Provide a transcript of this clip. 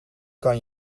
kan